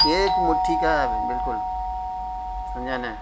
ایک مٹھی کا ہے بالکل سمجھا نا